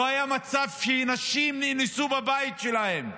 לא היה מצב שנשים נאנסו בבית שלהן,